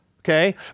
okay